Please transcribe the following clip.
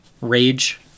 rage